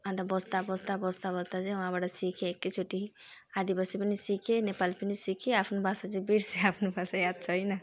अन्त बस्दा बस्दा बस्दा बस्दा चाहिँ उहाँबाट सिकेँ एकैचोटि आदिवासी पनि सिकेँ नेपाली पनि सिकेँ आफ्नो भाषा चाहिँ बिर्सेँ आफ्नो भाषा याद छैन